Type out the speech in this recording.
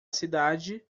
cidade